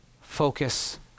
focus